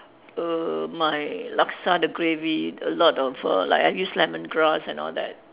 err my laksa the gravy a lot of err like I use lemongrass and all that